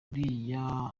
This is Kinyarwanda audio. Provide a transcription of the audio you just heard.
uriya